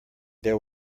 there